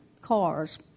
cars